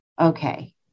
okay